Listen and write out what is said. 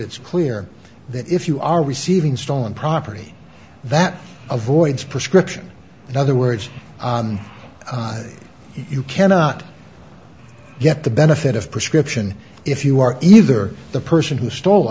it's clear that if you are receiving stolen property that avoids prescription in other words you cannot get the benefit of prescription if you are either the person who stole